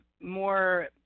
more